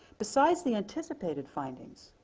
besides the anticipated findings,